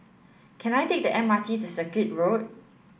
can I take the M R T to Circuit Road